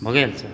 भऽ गेल